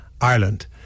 Ireland